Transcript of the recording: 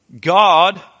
God